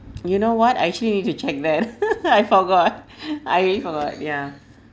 you know what I actually need to check that I forgot I forgot ya